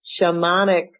shamanic